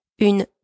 une